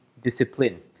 discipline